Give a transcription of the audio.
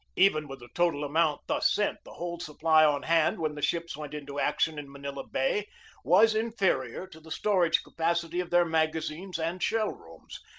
even with the total amount thus sent, the whole supply on hand when the ships went into action in manila bay was inferior to the storage capacity of their magazines and shell-rooms,